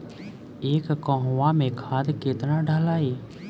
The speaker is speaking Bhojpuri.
एक कहवा मे खाद केतना ढालाई?